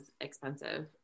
expensive